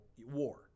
war